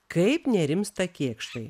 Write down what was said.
kaip nerimsta kėkštai